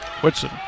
Whitson